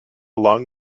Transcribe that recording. long